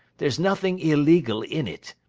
there's nothing illegal in it.